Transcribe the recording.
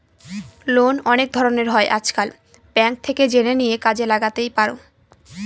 loan অনেক ধরনের হয় আজকাল, ব্যাঙ্ক থেকে জেনে নিয়ে কাজে লাগাতেই পারো